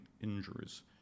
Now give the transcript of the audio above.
injuries